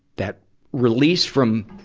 that release from,